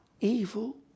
evil